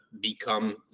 become